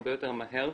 הרבה יותר מהר,